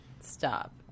Stop